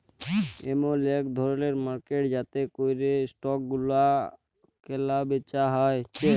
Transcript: ইমল ইক ধরলের মার্কেট যাতে ক্যরে স্টক গুলা ক্যালা বেচা হচ্যে